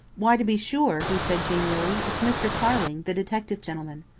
why, to be sure, he said genially, it's mr. tarling, the detective gentleman.